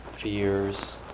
fears